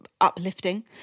uplifting